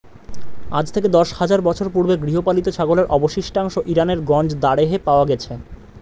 আজ থেকে দশ হাজার বছর পূর্বে গৃহপালিত ছাগলের অবশিষ্টাংশ ইরানের গঞ্জ দারেহে পাওয়া গেছে